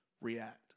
react